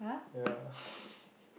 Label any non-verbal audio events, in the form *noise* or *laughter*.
ya *laughs*